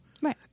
Right